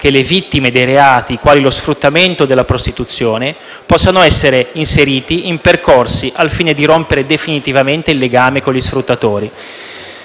che le vittime di reati quali lo sfruttamento della prostituzione possano essere inserite in percorsi, al fine di rompere definitivamente il legame con gli sfruttatori.